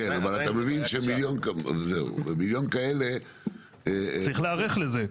אבל אתה מבין שמיליון כאלה --- צריך להיערך לזה.